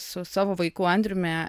su savo vaiku andriumi